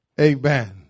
amen